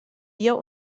wir